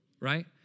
right